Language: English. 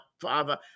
father